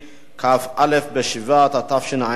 כ"א בשבט התשע"ב,